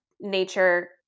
nature